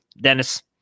Dennis